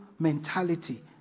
Mentality